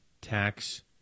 Tax